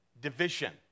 division